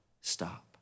stop